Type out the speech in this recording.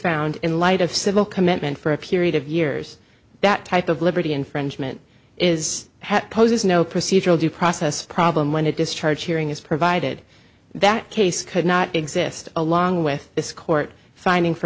found in light of civil commitment for a period of years that type liberty infringement is hat poses no procedural due process problem when a discharge hearing is provided that case could not exist along with this court finding for